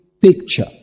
picture